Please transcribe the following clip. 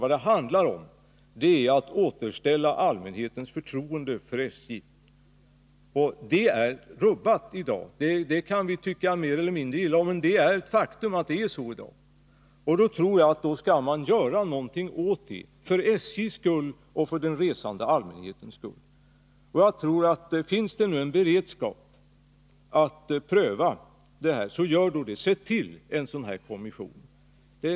Vad det handlar om är att återställa allmänhetens förtroende för SJ; förtroendet är rubbat i dag. Det kan vi tycka mer eller mindre illa om, men det är ett faktum att det i dag är så, och då skall man göra någonting åt det — för SJ:s skull och för den resande allmänhetens skull. Finns det nu en beredskap att pröva det här, så gör då det. Sätt till en sådan här kommission!